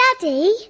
Daddy